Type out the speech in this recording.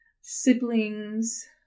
siblings